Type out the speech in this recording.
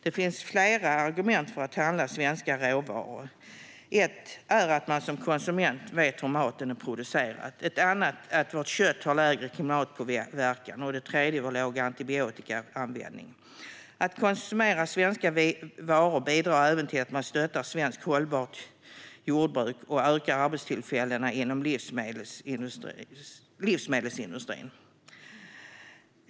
Det finns flera argument för att handla svenska råvaror, där det första är att man som konsument vet hur maten är producerad, det andra att vårt kött har lägre klimatpåverkan och det tredje vår låga antibiotikaanvändning. Att konsumera svenska varor bidrar även till att man stöttar svenskt hållbart jordbruk och ökar arbetstillfällena inom livsmedelsindustrin.